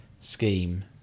scheme